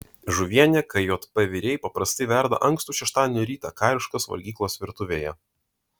žuvienę kjp virėjai paprastai verda ankstų šeštadienio rytą kariškos valgyklos virtuvėje